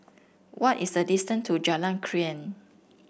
what is the distance to Jalan Krian